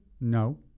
no